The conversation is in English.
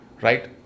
Right